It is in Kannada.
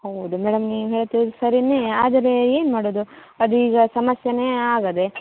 ಹೌದು ಮೇಡಮ್ ನೀವು ಹೇಳ್ತಿರೋದ್ ಸರಿಯೇ ಆದರೆ ಏನು ಮಾಡೋದು ಅದೀಗ ಸಮಸ್ಯೆಯೇ ಆಗಿದೆ